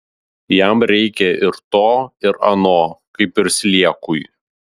jam reikia ir to ir ano kaip ir sliekui